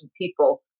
people